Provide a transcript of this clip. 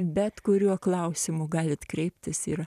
bet kuriuo klausimu galit kreiptis ir